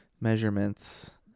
measurements